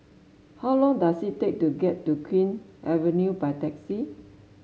how long does it take to get to Queen Avenue by taxi